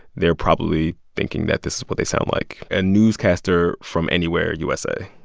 they're probably thinking that this is what they sound like, a newscaster from anywhere, usa.